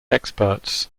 experts